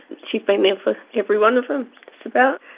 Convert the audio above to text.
she's been there for every one of them, just about.